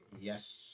Yes